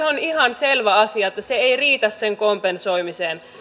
on ihan selvä asia että se ei riitä sen kompensoimiseen